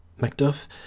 Macduff